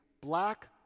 black